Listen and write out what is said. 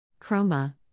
Chroma